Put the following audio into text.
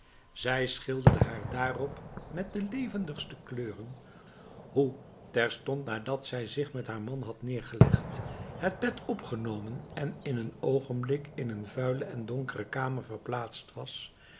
zij schilderde haar daarop met de levendigste kleuren hoe terstond nadat zij zich met haar man had neergelegd het bed opgenomen en in een oogenblik in een vuile en donkere kamer verplaatst was